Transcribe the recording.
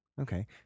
Okay